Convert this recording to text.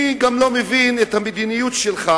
אני גם לא מבין את המדיניות שלך,